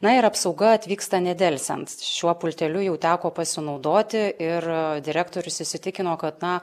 na ir apsauga atvyksta nedelsiant šiuo pulteliu jau teko pasinaudoti ir direktorius įsitikino kad na